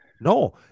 No